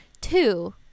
Two